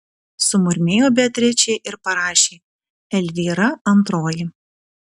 sumurmėjo beatričė ir parašė elvyra antroji